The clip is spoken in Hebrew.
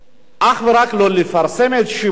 אך ורק לא לפרסם את שמו,